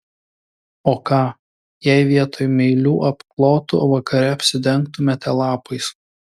o ką jei vietoj meilių apklotų vakare apsidengtumėte lapais